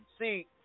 see